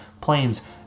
planes